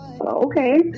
okay